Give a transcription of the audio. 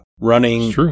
running